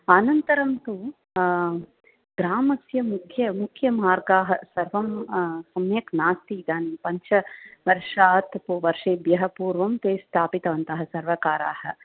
अनन्तरं तु ग्रामस्य मुख्य मुख्यमार्गाः सर्वं सम्यक् नास्ति इदानीं पञ्चवर्षात् वर्षेभ्यः पूर्वं ते स्थापितवन्तः सर्वकाराः